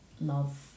love